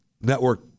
Network